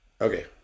okay